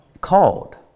Called